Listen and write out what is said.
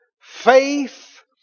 faith